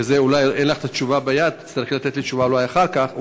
ועל זה אולי אין לך תשובה ביד ותצטרכי לתת לי תשובה אחר כך,